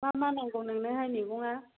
मा मा नांगौ नोंनोहाय मैगङा